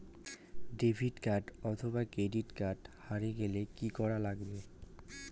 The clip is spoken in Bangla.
ক্রেডিট কার্ড অথবা ডেবিট কার্ড হারে গেলে কি করা লাগবে?